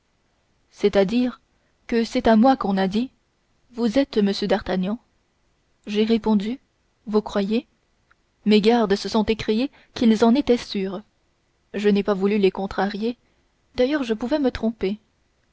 c'est-à-dire que c'est à moi qu'on a dit vous êtes m d'artagnan j'ai répondu vous croyez mes gardes se sont écriés qu'ils en étaient sûrs je n'ai pas voulu les contrarier d'ailleurs je pouvais me tromper